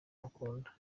mukunda